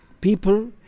people